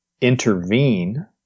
intervene